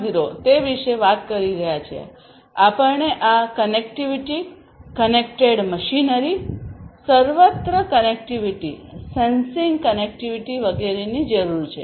0 તે વિશે વાત કરી રહ્યા છીએઆપણને આ કનેક્ટિવિટી કનેક્ટેડ મશીનરી સર્વત્ર કનેક્ટિવિટી સેન્સિંગ કનેક્ટિવિટી વગેરેની જરૂર છે